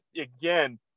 again